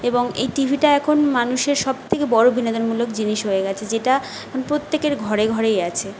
এবং এই টি ভিটা এখন মানুষের সবথেকে বড় বিনোদনমূলক জিনিস হয়ে গিয়েছে যেটা এখন প্রত্যেকের ঘরে ঘরেই আছে